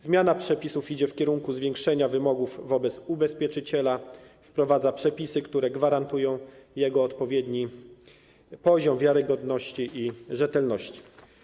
Zmiana przepisów idzie w kierunku zwiększenia wymogów wobec ubezpieczyciela, wprowadza się przepisy, które gwarantują jego odpowiedni poziom wiarygodności i rzetelności.